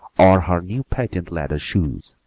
or her new patent leather shoes.